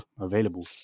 available